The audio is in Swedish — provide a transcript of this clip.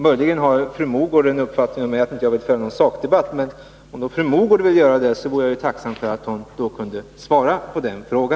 Möjligen har fru Mogård den uppfattningen om mig att jag inte vill föra någon sakdebatt, men om nu fru Mogård vill göra det är jag tacksam om hon kan svara på min fråga.